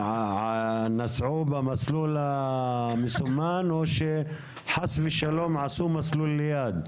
נסעו במסלול המסומן או שחס ושלום עשו מסלול ליד,